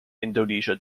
indonesia